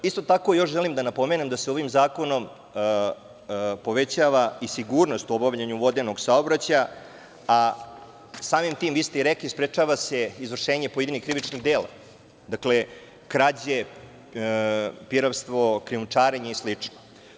Isto tako, još želim da napomenem da se ovim zakonom povećava i sigurnost u obavljanju vodenog saobraćaja, a samim tim, vi ste i rekli, sprečava se izvršenje pojedinih krivičnih dela, dakle, krađe, piratstvo, krijumčarenje i slično.